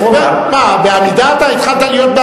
בעמידה התחלת להיות,